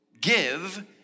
give